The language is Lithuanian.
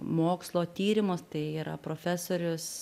mokslo tyrimus tai yra profesorius